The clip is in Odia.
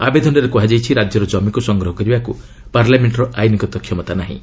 ଆବେଦନରେ କୁହାଯାଇଛି ରାଜ୍ୟର ଜମିକୁ ସଂଗ୍ରହ କରିବାକୁ ପାର୍ଲାମେଣ୍ଟର ଆଇନ୍ଗତ କ୍ଷମତା ନାହିଁ